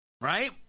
Right